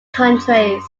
countries